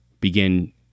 begin